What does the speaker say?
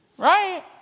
Right